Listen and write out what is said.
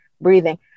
breathing